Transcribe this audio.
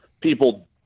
people